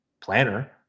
planner –